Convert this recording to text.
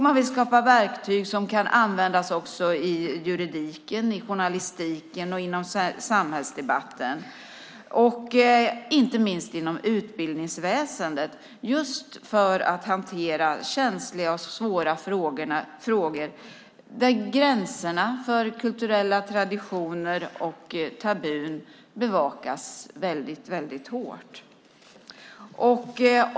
Man vill skapa verktyg som också kan användas i juridiken, i journalistiken, inom samhällsdebatten och inte minst inom utbildningsväsendet just för att hantera känsliga och svåra frågor där gränserna för kulturella traditioner och tabun bevakas väldigt hårt.